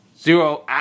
Zero